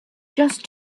just